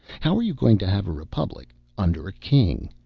how are you going to have a republic under a king?